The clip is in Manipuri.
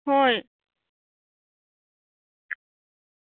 ꯍꯣꯏ